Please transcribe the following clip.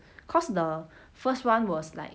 cause the first [one] was like